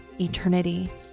eternity